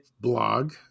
blog